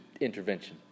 intervention